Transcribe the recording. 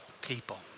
people